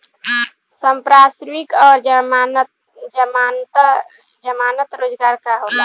संपार्श्विक और जमानत रोजगार का होला?